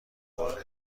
بار